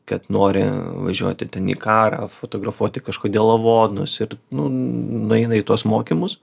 kad nori važiuoti ten į karą fotografuoti kažkodėl lavonus ir nu nueina į tuos mokymus